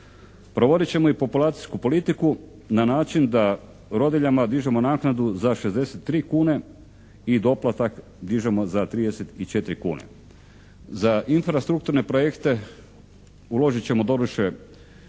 Provodit ćemo i populacijsku politiku na način da rodiljama dižemo naknadu za 63 kune i doplatak dižemo za 34 kune. Za infrastrukturne projekte uložit ćemo doduše